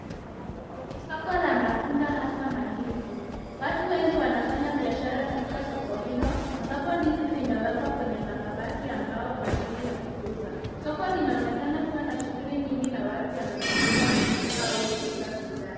Ni soko la matunda hasaa mandizi, watu wengi wanafanya biashara katika soko hilo, ambapo ndizi zimekwekwa kwenye makabati ya mbao kwa ajili ya kuuza. Soko linaonekana kuwa na shughuli nyigi na watu wanazunguka kununua au kuuza bidhaa.